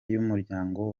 y’umuryango